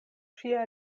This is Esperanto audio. ŝia